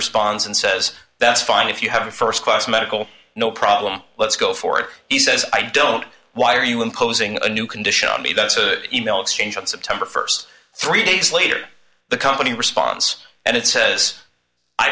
responds and says that's fine if you have a st class medical no problem let's go for it he says i don't why are you imposing a new condition on me to email exchange on september st three days later the company responds and it says i